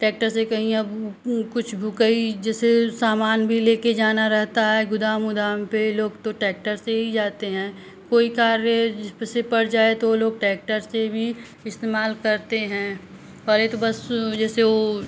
tractor से कहीं अब कुछ बुकई जैसे सामान भी ले कर जाना रहता है गोदाम ओदाम पर लोग तो टैक्टर से ही जाते हैं कोई कार्य जिस पर से पड़ जाए तो वो लोग टैक्टर से भी इस्तेमाल करते हैं और ये तो बस जैसे वो